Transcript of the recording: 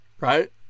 Right